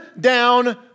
down